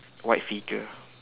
white figure